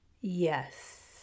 Yes